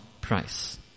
price